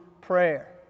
prayer